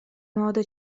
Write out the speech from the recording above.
молодой